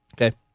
Okay